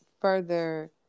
further